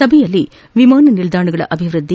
ಸಭೆಯಲ್ಲಿ ವಿಮಾನ ನಿಲ್ಲಾಣಗಳ ಅಭಿವ್ಯದ್ಲಿ